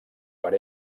per